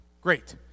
Great